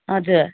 हजुर